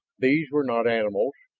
these were not animals,